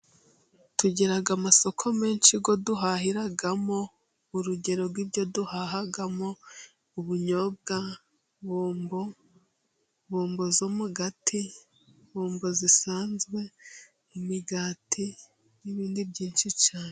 Tugira amasoko menshi duhahiramo urugero rw'ibyo duhahamo ubunyobwa, bombo, bombo zo mugati, bombo zisanzwe, imigati n'ibindi byinshi cyane.